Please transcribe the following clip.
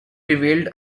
revealed